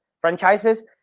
franchises